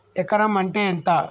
ఎకరం అంటే ఎంత?